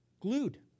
Glued